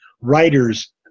writers